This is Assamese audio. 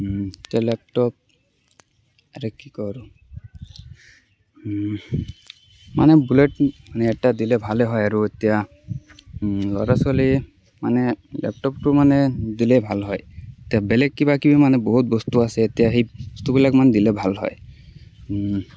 এতিয়া লেপটপ আৰু কি কওঁ আৰু মানে বুলেট এটা দিলে ভালে হয় আৰু এতিয়া ল'ৰা ছোৱালী মানে লেপটপটো মানে দিলে ভাল হয় এতিয়া বেলেগ কিবাকিবি মানে বহুত বস্তু আছে এতিয়া সেই বস্তুবিলাক মানে দিলে ভাল হয়